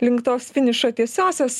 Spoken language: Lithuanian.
link tos finišo tiesiosios